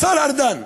השר ארדן,